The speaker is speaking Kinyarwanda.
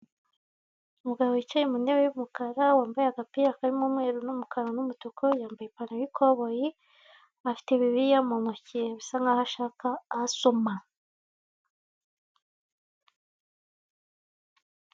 Umugabo wicaye mu ntebe y'umukara wambaye agapira karimo umweru n'umutuku yambaye ipantaro y'ikoboyi afite bibiriya mu ntoki bisa nkaho ashaka aho asoma.